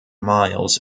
miles